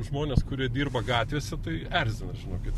žmones kurie dirba gatvėse tai erzina žinokit